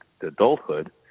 adulthood